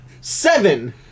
Seven